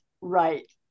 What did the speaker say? right